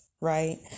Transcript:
right